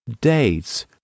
dates